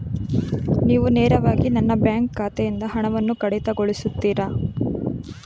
ನೀವು ನೇರವಾಗಿ ನನ್ನ ಬ್ಯಾಂಕ್ ಖಾತೆಯಿಂದ ಹಣವನ್ನು ಕಡಿತಗೊಳಿಸುತ್ತೀರಾ?